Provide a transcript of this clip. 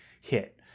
hit